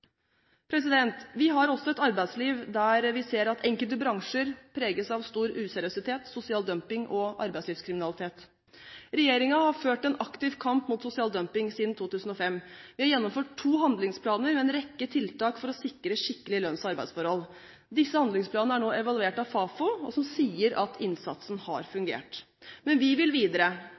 arbeidslivet. Vi har også et arbeidsliv der vi ser at enkelte bransjer preges av stor useriøsitet, sosial dumping og arbeidslivskriminalitet. Regjeringen har ført en aktiv kamp mot sosial dumping siden 2005. Vi har gjennomført to handlingsplaner og en rekke tiltak for å sikre skikkelige lønns- og arbeidsforhold. Disse handlingsplanene er nå evaluert av Fafo, som sier at innsatsen har fungert. Men vi vil videre.